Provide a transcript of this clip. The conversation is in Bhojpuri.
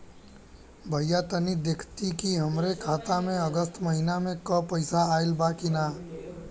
भईया तनि देखती की हमरे खाता मे अगस्त महीना में क पैसा आईल बा की ना?